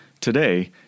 today